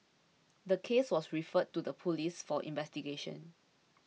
the case was referred to the police for investigation